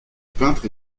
peintre